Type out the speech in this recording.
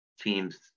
teams